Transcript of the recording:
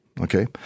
Okay